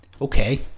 Okay